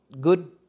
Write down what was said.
good